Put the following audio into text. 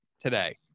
today